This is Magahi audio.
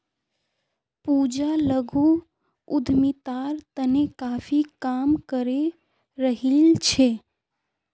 पूजा लघु उद्यमितार तने काफी काम करे रहील् छ